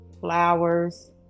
flowers